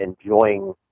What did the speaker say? enjoying